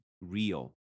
real